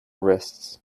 wrists